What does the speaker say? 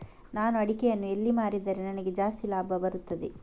ನಾನು ಅಡಿಕೆಯನ್ನು ಎಲ್ಲಿ ಮಾರಿದರೆ ನನಗೆ ಜಾಸ್ತಿ ಲಾಭ ಬರುತ್ತದೆ?